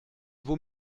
vaut